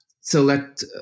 select